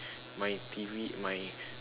my my T_V my